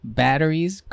batteries